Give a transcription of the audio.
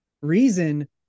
Reason